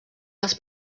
les